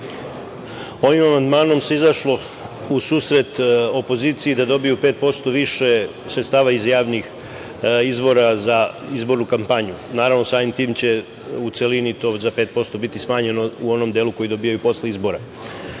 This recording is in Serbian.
Ovim amandmanom se izašlo u susret opoziciji da dobiju 5% više sredstava iz javnih izvora za izbornu kampanju. Naravno, samim tim će u celini to za 5% biti smanjeno u onom delu koji dobijaju posle izbora. Nama,